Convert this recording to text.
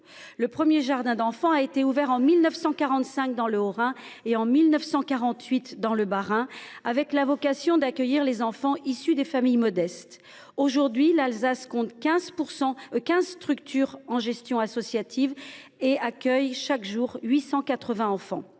Les premiers jardins d’enfants ont été ouverts en 1945 dans le Haut Rhin et en 1948 dans le Bas Rhin ; leur vocation était d’accueillir les enfants issus de familles modestes. Aujourd’hui, l’Alsace compte 15 jardins d’enfants en gestion associative, qui accueillent chaque jour 880 enfants.